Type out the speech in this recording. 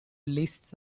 lists